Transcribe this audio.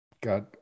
got